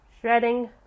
shredding